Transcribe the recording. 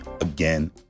again